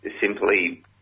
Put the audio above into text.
simply